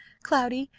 cloudy!